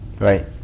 Right